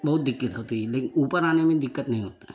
बहुत दिक्कत होती है लेकिन ऊपर आने में दिक्कत नहीं होता है